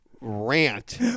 rant